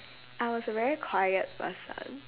I was a very quiet person